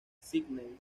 sydney